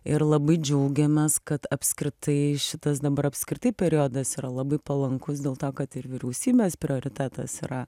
ir labai džiaugiamės kad apskritai šitas dabar apskritai periodas yra labai palankus dėl to kad ir vyriausybės prioritetas yra